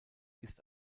ist